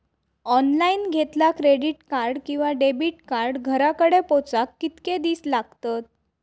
Online घेतला credit card किंवा debit card घराकडे पोचाक कितके दिस लागतत?